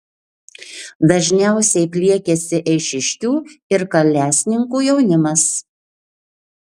dažniausiai pliekiasi eišiškių ir kalesninkų jaunimas